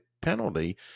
penalty